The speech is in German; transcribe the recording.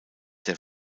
der